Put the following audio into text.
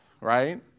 right